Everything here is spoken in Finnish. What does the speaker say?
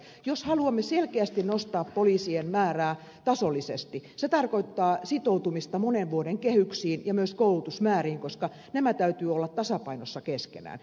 jos haluamme selkeästi nostaa poliisien määrää tasollisesti se tarkoittaa sitoutumista monen vuoden kehyksiin ja myös koulutusmääriin koska näiden täytyy olla tasapainossa keskenään